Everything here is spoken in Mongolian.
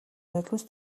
нулимс